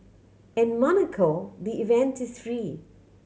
in Monaco the event is free